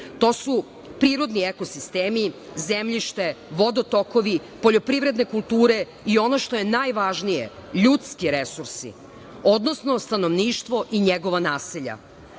To su prirodni ekosistemi, zemljište, vodotokovi, poljoprivredne kulture i ono što je najvažnije ljudski resursi, odnosno stanovništvo i njegova naselja. Koliko